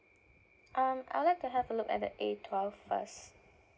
um I would like to have a look at the A twelve first